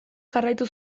jarraitu